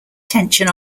tension